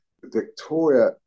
Victoria